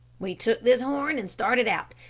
we took this horn and started out,